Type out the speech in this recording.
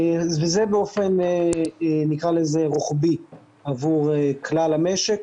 זה באופן רוחבי עבור כלל המשק,